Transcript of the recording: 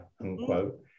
unquote